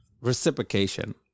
reciprocation